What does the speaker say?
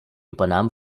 übernahm